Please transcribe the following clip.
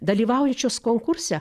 dalyvaujančios konkurse